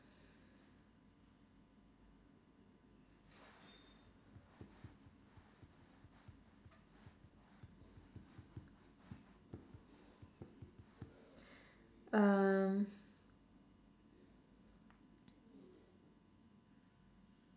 um